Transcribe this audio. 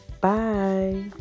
Bye